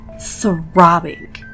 throbbing